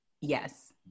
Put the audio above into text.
Yes